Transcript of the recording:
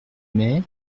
mai